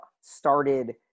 started